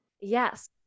Yes